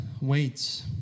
waits